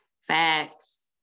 Facts